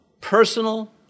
personal